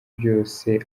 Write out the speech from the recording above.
byose